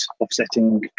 offsetting